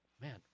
man